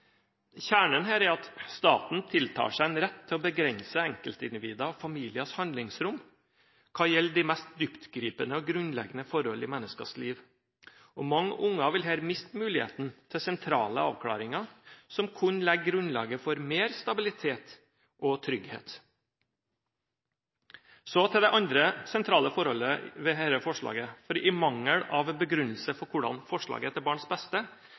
Kjernen her er at staten tiltar seg en rett til å begrense enkeltindividers og familiers handlingsrom hva gjelder de mest dyptgripende og grunnleggende forhold i menneskers liv. Mange barn vil her miste muligheten til sentrale avklaringer som kunne legge grunnlaget for mer stabilitet og trygghet. Så til det andre sentrale forholdet ved dette forslaget, for i mangel på begrunnelse for hvordan forslaget er til barns beste,